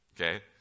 okay